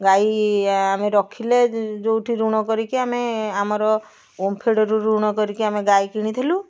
ଗାଈ ଆମେ ରଖିଲେ ଯେଉଁଠି ଋଣ କରିକି ଆମେ ଆମର ଓମଫେଡ଼ରୁ ଋଣ କରିକି ଆମେ ଗାଈ କିଣିଥିଲୁ